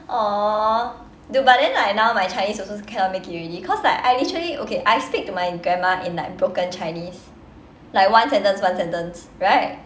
!aww! the but then like now my chinese also cannot make it already cause like I literally okay I speak to my grandma in like broken chinese like one sentence one sentence right